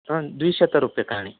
आम् द्विशतरूप्यकाणि